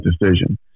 decision